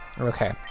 Okay